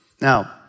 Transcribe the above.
Now